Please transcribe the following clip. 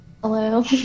Hello